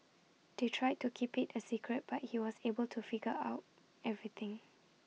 they tried to keep IT A secret but he was able to figure out everything